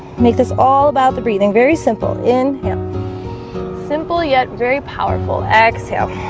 make this all about the breathing very simple in him simple yet very powerful exhale